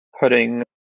Putting